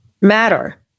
matter